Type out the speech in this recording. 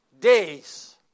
days